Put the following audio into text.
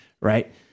Right